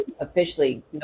officially